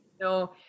No